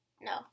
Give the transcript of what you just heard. No